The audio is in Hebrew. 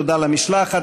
תודה למשלחת.